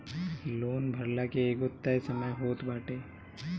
loan भरला के एगो तय समय होत बाटे